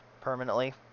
permanently